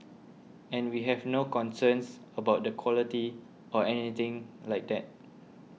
and we have no concerns about the quality or anything like that